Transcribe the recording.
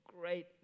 great